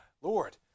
Lord